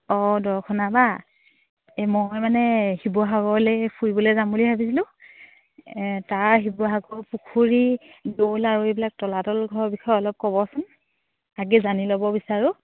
অঁ দৰ্শনা বা এই মই মানে শিৱসাগৰলৈ ফুৰিবলৈ যাম বুলি ভাবিছিলোঁ তাৰ শিৱসাগৰ পুখুৰী দৌল আৰু এইবিলাক তলাতল ঘৰ বিষয়ে অলপ ক'বচোন আগে জানি ল'ব বিচাৰোঁ